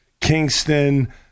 Kingston